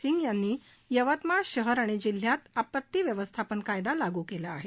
सिंह यांनी यवतमाळ शहर आणि जिल्ह्यात आपत्ती व्यवस्थापन कायदा लागू केला आहे